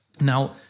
Now